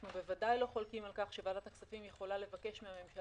אנחנו בוודאי לא חולקים על כך שוועדת הכספים יכולה לבקש מהממשלה